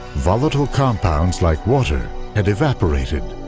volatile compounds like water had evaporated.